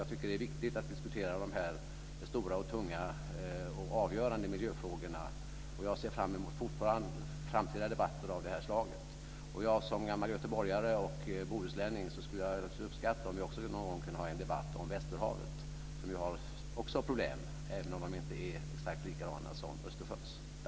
Jag tycker att det är viktigt att diskutera dessa stora, tunga och avgörande miljöfrågor. Jag ser fram emot framtida debatter av det här slaget. Jag, som gammal göteborgare och bohuslänning, skulle naturligtvis uppskatta om vi någon gång också kunde ha en debatt om västerhavet, som ju också har problem även om de inte är exakt likadana som Östersjöns.